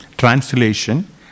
Translation